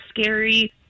scary